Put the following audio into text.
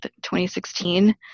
2016